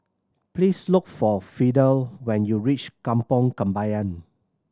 please look for Fidel when you reach Kampong Kembangan